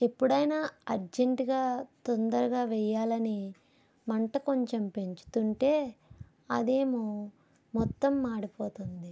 ఎప్పుడైనా అర్జెంటుగా తొందరగా వేయాలని మంట కొంచెం పెంచుతూ ఉంటే అదేమో మొత్తం మాడిపోతుంది